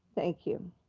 thank you.